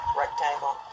rectangle